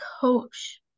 coach